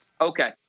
okay